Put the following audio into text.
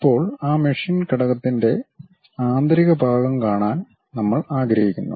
ഇപ്പോൾ ആ മെഷീൻ ഘടകത്തിന്റെ ആന്തരിക ഭാഗം കാണാൻ നമ്മൾ ആഗ്രഹിക്കുന്നു